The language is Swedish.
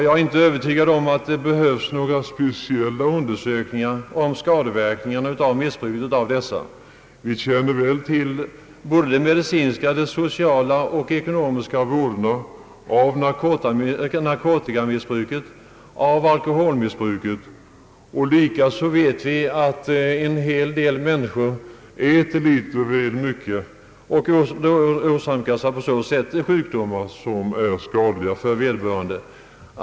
Jag är inte övertygad om att några speciella undersökningar behövs beträffande skadeverkningarna från missbruk av dessa medel. Vi känner väl till både de medicinska, sociala och ekonomiska vådorna av narkotikaoch alkoholmissbruk, och vi vet också att en hel del människor äter för mycket och på så sätt åsamkas sjukdomar.